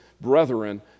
brethren